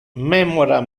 memora